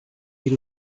bir